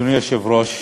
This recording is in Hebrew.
אדוני היושב-ראש,